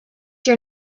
your